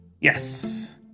Yes